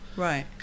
Right